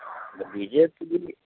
B J P